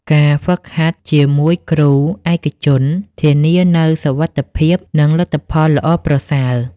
ការហ្វឹកហាត់ជាមួយគ្រូឯកជនធានានូវសុវត្ថិភាព និងលទ្ធផលល្អប្រសើរ។